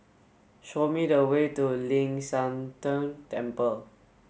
show me the way to Ling San Teng Temple